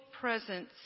presence